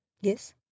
Yes